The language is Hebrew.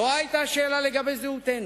לא היתה שאלה לגבי זהותנו,